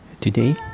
Today